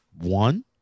one